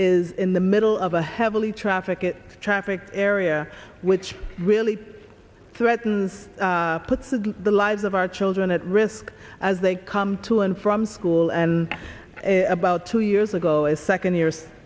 is in the middle of a heavily traffic it traffic area which really threatens puts the lives of our children at risk as they come to and from school and about two years ago a second